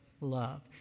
Love